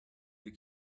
the